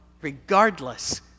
regardless